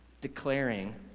declaring